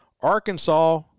Arkansas